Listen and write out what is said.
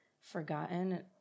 forgotten